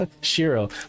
shiro